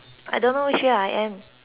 I am